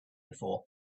before